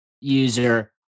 user